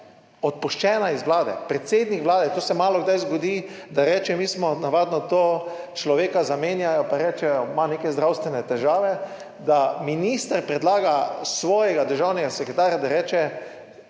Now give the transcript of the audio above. odpuščena iz vlade. Predsednik vlade. To se malo kdaj zgodi, da reče, mi smo, navadno to človeka zamenjajo, pa rečejo, ima neke zdravstvene težave, da minister predlaga svojega državnega sekretarja, da reče: